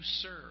serve